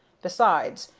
besides,